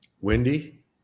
Wendy